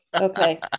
okay